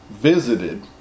visited